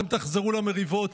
אתם תחזרו למריבות,